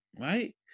Right